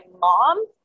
mom